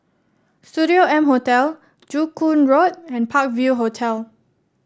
Studio M Hotel Joo Koon Road and Park View Hotel